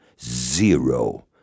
zero